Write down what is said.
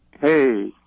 Hey